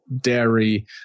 dairy